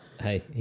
Hey